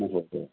ओ हो हो